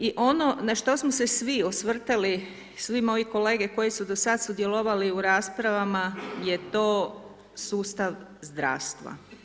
I ono na što smo se svi osvrtali, svi moji kolege koji su do sad sudjelovali u raspravama je to sustav zdravstva.